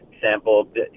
sampled